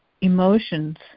emotions